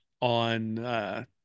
on –